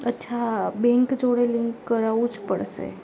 અચ્છા બેન્ક જોડે લિન્ક કરાવવું જ પડશે